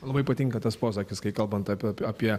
labai patinka tas posakis kai kalbant apie apie